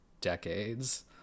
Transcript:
decades